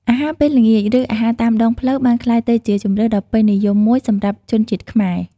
អាហារពេលល្ងាច ឬអាហារតាមដងផ្លូវបានក្លាយទៅជាជម្រើសដ៏ពេញនិយមមួយសម្រាប់ជនជាតិខ្មែរ។